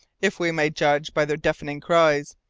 if we may judge by their deafening cries.